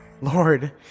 Lord